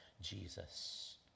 Jesus